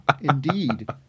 indeed